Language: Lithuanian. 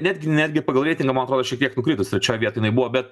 netgi netgi pagal reitingą man atrodo šiek tiek nukritus trečioj vietoj inai buvo bet